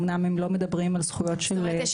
אומנם לא מדברים על זכויות של --- זאת אומרת,